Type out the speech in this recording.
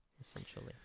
essentially